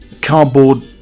cardboard